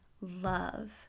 love